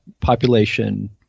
population